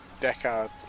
Deckard